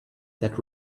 that